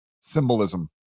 Symbolism